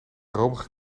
romige